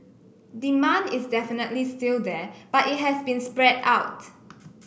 demand is definitely still there but it has been spread out